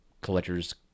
collector's